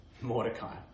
Mordecai